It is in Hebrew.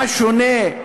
מה שונה?